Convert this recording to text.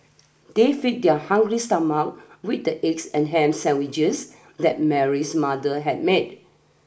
they fed their hungry stomach with the eggs and ham sandwiches that Mary's mother had made